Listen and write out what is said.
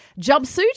jumpsuit